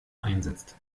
einsetzt